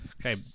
Okay